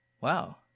wow